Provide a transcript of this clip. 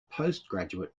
postgraduate